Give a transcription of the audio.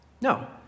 No